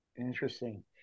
Interesting